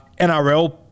NRL